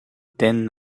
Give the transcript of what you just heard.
then